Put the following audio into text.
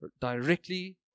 directly